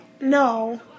no